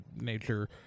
nature